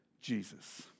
Jesus